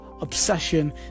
obsession